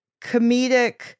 comedic